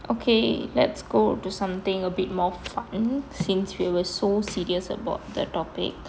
okay let's go to something a bit more fun since we were so serious about the topic